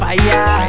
Fire